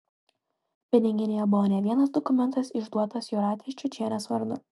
piniginėje buvo ne vienas dokumentas išduotas jūratės čiočienės vardu